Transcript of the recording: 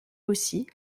aussi